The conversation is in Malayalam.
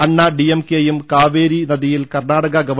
അണ്ണാ ഡി എം കെയും കാവേരി നദിയിൽ കർണാടക ഗവ